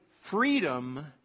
freedom